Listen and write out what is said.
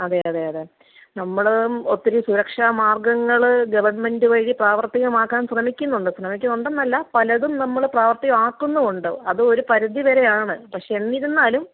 അതെ അതെ അതെ നമ്മളും ഒത്തിരി സുരക്ഷാ മാർഗങ്ങൾ ഗവൺമെൻറ്റ് വഴി പ്രാവർത്തികം ആക്കാൻ ശ്രമിക്കുന്നുണ്ട് ശ്രമിക്കുന്നുണ്ടെന്നല്ല പലതും നമ്മൾ പ്രാവർത്തികം ആക്കുന്നുമുണ്ട് അതും ഒരു പരിധി വരെയാണ് പക്ഷെ എന്നിരുന്നാലും